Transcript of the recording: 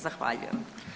Zahvaljujem.